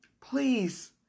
please